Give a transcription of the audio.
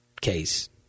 case